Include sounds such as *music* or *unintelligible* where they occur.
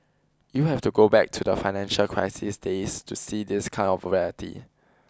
you have to go back to the financial crisis days to see this kind of *unintelligible*